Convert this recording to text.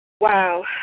Wow